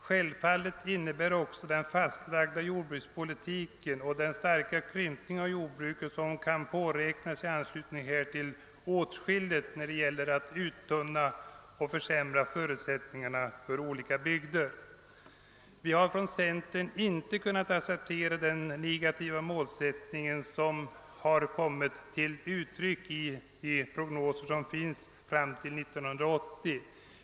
Självfallet innebär också den fastlagda jordbrukspolitiken och den starka krympning av jordbruket som kan påräknas i anslutning härtill åtskilligt när det gäller att uttunna och försämra förutsättningarna för olika bygder. Vi har från centern inte kunnat acceptera den negativa målsättning som har kommit till uttryck i de prognoser som finns fram till år 1980.